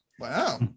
Wow